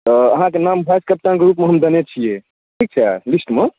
तऽ अहाँके नाम भासि कप्तान के रूपमे हम देने छियै ठिक छै लिस्टमे